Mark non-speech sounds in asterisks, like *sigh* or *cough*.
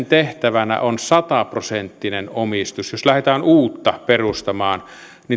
*unintelligible* tehtävänä on sataprosenttinen omistus jos lähdetään uutta perustamaan